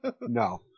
No